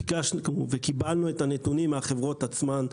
ביקשנו וקיבלנו את הנתונים מהחברות עצמן.